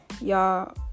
y'all